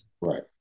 Right